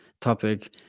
topic